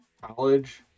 college